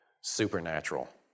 supernatural